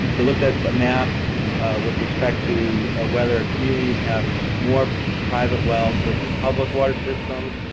we looked at the map with respect to ah whether communities have more private wells versus public water systems.